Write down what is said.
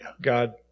god